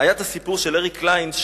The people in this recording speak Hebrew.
היה הסיפור של אריק קליין,